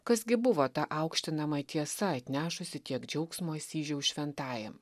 kas gi buvo ta aukštinama tiesa atnešusi tiek džiaugsmo asyžiaus šventajam